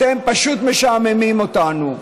אתם פשוט משעממים אותנו.